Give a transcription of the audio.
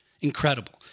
Incredible